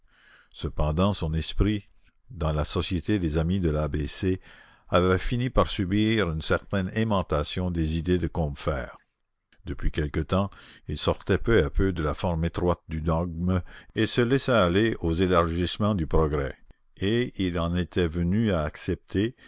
cependant son esprit dans la société des amis de l'a b c avait fini par subir une certaine aimantation des idées de combeferre depuis quelque temps il sortait peu à peu de la forme étroite du dogme et se laissait aller aux élargissements du progrès et il en était venu à accepter